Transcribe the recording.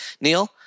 Neil